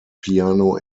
piano